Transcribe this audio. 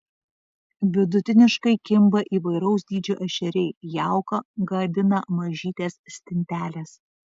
vidutiniškai kimba įvairaus dydžio ešeriai jauką gadina mažytės stintelės